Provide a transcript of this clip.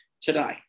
today